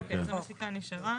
אוקיי, אז המחיקה נשארה.